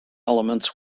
elements